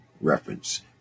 reference